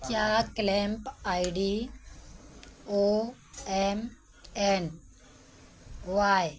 क्या clamp I D O M N Y